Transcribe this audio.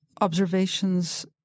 observations